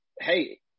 hey